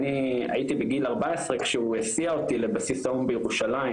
אני הייתי בגיל 14 כשהוא הסיע אותי לבסיס האו"ם בירושלים